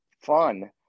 fun